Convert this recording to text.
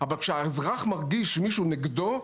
אבל כשהאזרח מרגיש שמישהו נגדו,